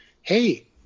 Hey